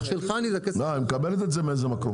היא מקבלת את זה מאיפשהו.